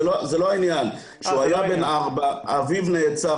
לא זה לא העניין, כשהוא היה בן 4, אביו נעצר.